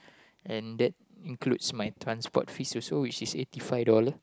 and that includes my transport fees also which is eighty five dollars